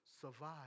survive